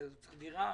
דירה.